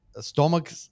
stomach